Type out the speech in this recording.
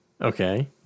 Okay